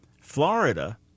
Florida